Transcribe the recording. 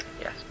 Yes